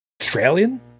Australian